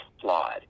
flawed